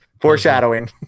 foreshadowing